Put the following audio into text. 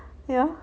yeah